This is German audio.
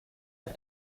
auf